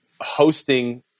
hosting